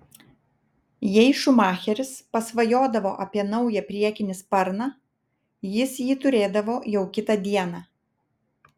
jei schumacheris pasvajodavo apie naują priekinį sparną jis jį turėdavo jau kitą dieną